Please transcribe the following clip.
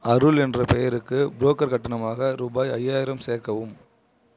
அருள் என்ற பெயருக்கு புரோக்கர் கட்டணமாக ரூபாய் ஐயாயிரம் சேர்க்கவும்